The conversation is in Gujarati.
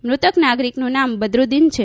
મૃતક નાગરીકનું નામ બદરૂદીન છે